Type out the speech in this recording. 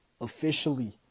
officially